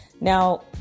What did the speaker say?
Now